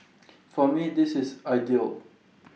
for me this is ideal